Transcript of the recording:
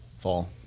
fall